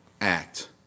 act